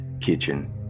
kitchen